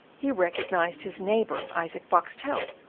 he recognised his neighbour, isaac boxtel,